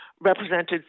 represented